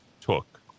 took